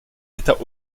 états